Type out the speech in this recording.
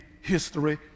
history